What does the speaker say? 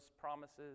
promises